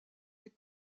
des